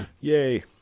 Yay